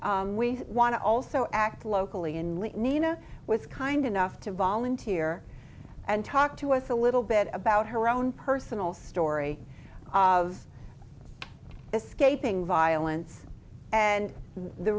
we want to also act locally in nina was kind enough to volunteer and talk to us a little bit about her own personal story of escaping violence and the